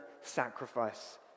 sacrifice